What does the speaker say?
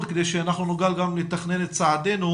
כדי שאנחנו נוכל גם לתכנן את צעדינו.